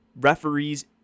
referees